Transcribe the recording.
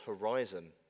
horizon